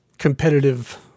competitive